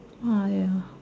ya